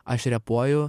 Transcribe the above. aš repuoju